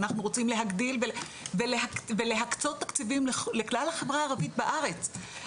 אנחנו רוצים להגדיל ולהקצות תקציבים לכלל החברה הערבית בארץ.